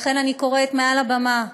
לכן אני קוראת מעל הבמה: